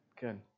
Good